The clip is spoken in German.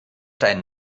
deinen